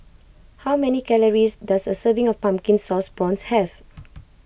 how many calories does a serving of Pumpkin Sauce Prawns have